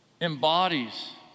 embodies